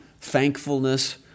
thankfulness